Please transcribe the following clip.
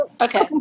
Okay